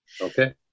Okay